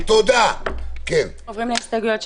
הסתייגות מס'